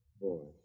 boy